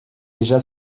déjà